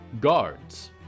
Guards